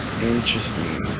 Interesting